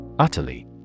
Utterly